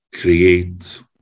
create